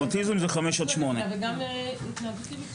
אוטיזם זה 5 עד 8. כלומר,